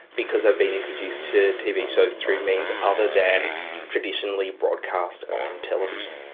because i've been introduced to tv shows through means other than traditionally broadcast on television.